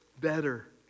better